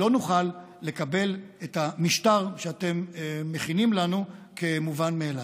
לא נוכל לקבל את המשטר שאתם מכינים לנו כמובן מאליו.